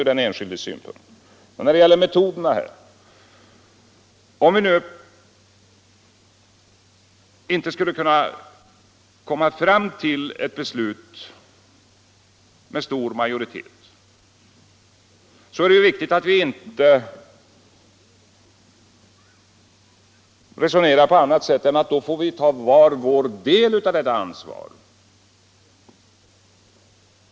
Statsministern beklagade att det har blivit på det sättet, men det går ju inte att komma ifrån att inte heller regeringspartiet är berett att nu ta ytterligare steg för att uppnå enighet om metoderna.